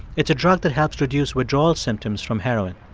it's a drug that helps reduce withdrawal symptoms from heroin.